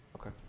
okay